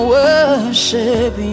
worship